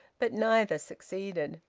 but neither succeeded.